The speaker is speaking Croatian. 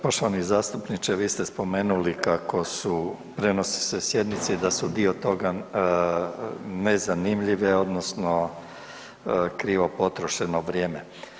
Poštovani zastupniče, vi ste spomenuli kako su, prenose se sjednice i da su dio toga nezanimljive odnosno krivo potrošeno vrijeme.